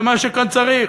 זה מה שכאן צריך.